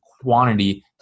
quantity